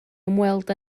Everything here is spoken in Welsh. ymweld